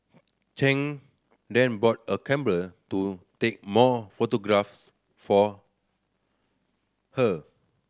Chang then bought a camera to take more photographs for her